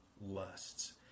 lusts